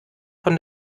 von